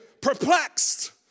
Perplexed